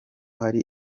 hari